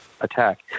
attack